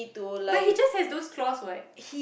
but he just have those claws what